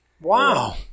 Wow